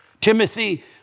Timothy